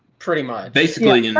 pretty much. basically you know